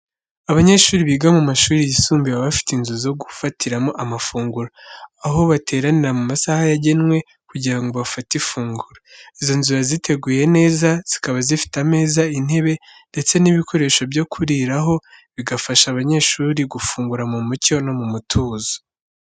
Abanyeshuri biga mu mashuri yisumbuye, baba bafite inzu zo gufatiramo amafunguro, aho bateranira mu masaha yagenwe kugira ngo bafate ifunguro. Izo nzu ziba ziteguye neza, zikaba zifite ameza, intebe ndetse n'ibikoresho byo kuriraho, bigafasha abanyeshuri gufungura mu mucyo no mu mutuzo.